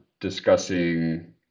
discussing